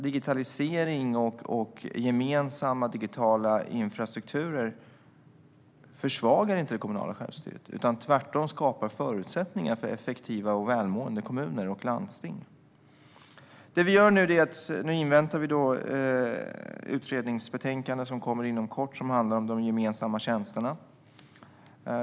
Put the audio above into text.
Digitalisering och gemensamma digitala infrastrukturer försvagar inte det kommunala självstyret utan skapar tvärtom förutsättningar för effektiva och välmående kommuner och landsting. Nu inväntar vi utredningsbetänkandet, som kommer inom kort och som handlar om de gemensamma tjänsterna.